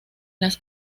las